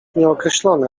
nieokreślone